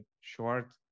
short